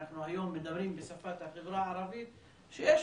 אנחנו היום מדברים בשפת החברה הערבית שיש